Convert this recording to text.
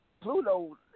Pluto